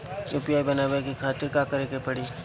UPI बनावे के खातिर का करे के पड़ी?